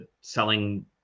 selling